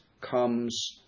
comes